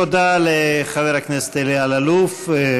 תודה לחבר הכנסת אלי אלאלוף.